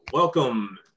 Welcome